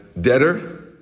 debtor